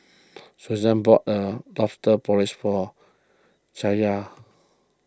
Susann bought a Lobster Porridge for Chaya